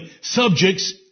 subjects